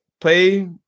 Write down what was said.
play